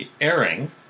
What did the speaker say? airing